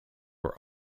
were